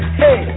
hey